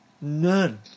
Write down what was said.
none